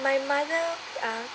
my mother ah